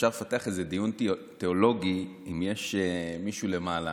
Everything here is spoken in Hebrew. אפשר לפתח על זה דיון תיאולוגי, אם יש מישהו למעלה